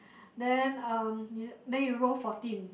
then um you then you roll fourteen